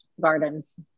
gardens